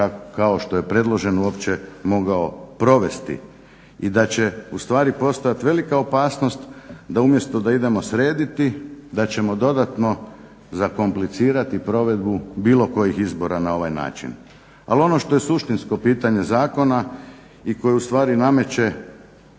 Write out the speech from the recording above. kao što je predložen uopće mogao provesti i da će ustvari postojat velika opasnost da umjesto da idemo srediti da ćemo dodatno zakomplicirati provedbu bilo kojih izbora na ovaj način. Ali ono što je suštinsko pitanje zakona i koji ustvari nameće